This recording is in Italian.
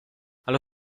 allo